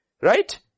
right